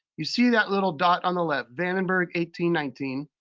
you see that little dot on the left. vandenberg eighteen nineteen,